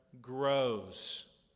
grows